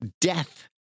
death